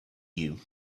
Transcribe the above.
you